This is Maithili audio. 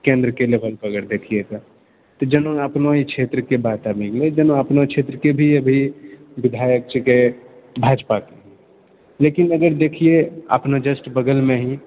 केन्द्रके लेवल पर अगर देखिऐ तऽ तऽ जेना अपनो ई क्षेत्रके बात आबि गेलै जेना अपनो क्षेत्रके भी अभी विधायक छिकै भाजपाके लेकिन अगर देखिऐ अपना जस्ट बगलमे ही